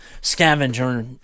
scavenger